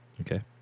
Okay